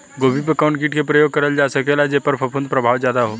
गोभी पर कवन कीट क प्रयोग करल जा सकेला जेपर फूंफद प्रभाव ज्यादा हो?